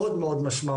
מאוד מאוד משמעותי.